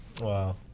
wow